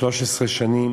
13 שנים